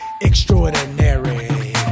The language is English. extraordinary